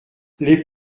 les